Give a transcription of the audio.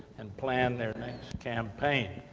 and plan their next campaign.